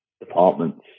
departments